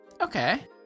Okay